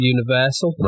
Universal